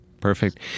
Perfect